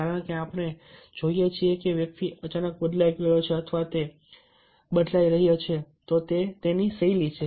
કારણ કે આપણે જોઈએ છીએ કે વ્યક્તિ અચાનક બદલાઈ ગયો છે અથવા તે બદલાઈ રહ્યો છે તે તેની શૈલી છે